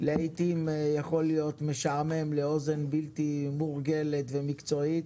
לעיתים יכול להיות משעמם לאוזן בלתי מורגלת ומקצועית,